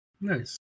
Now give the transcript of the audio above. Nice